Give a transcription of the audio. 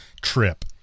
trip